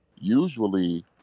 Usually